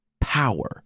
Power